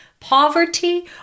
poverty